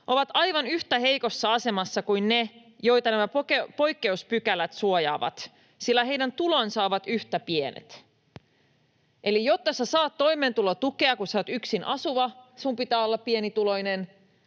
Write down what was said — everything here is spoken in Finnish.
ovat aivan yhtä heikossa asemassa kuin ne, joita nämä poikkeuspykälät suojaavat, sillä heidän tulonsa ovat yhtä pienet. Eli jotta saat toimeentulotukea, kun olet yksin asuva, sinun pitää olla pienituloinen.